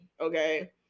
okay